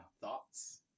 Thoughts